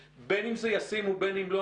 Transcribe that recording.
בין אם זה ישים ובין אם לא,